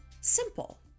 simple